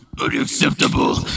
Unacceptable